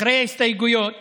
אחרי ההסתייגויות